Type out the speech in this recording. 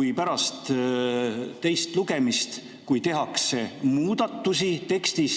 et pärast teist lugemist, kui tehakse muudatusi tekstis,